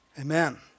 Amen